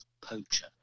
Poacher